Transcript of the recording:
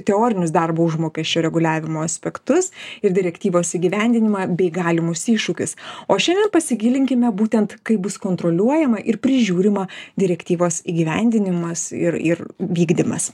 teorinius darbo užmokesčio reguliavimo aspektus ir direktyvos įgyvendinimą bei galimus iššūkius o šiandien pasigilinkime būtent kaip bus kontroliuojama ir prižiūrima direktyvos įgyvendinimas ir ir vykdymas